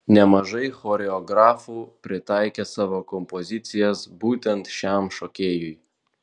nemažai choreografų pritaikė savo kompozicijas būtent šiam šokėjui